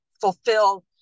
fulfill